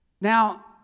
Now